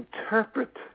interpret